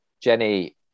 Jenny